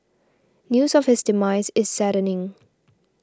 news of his demise is saddening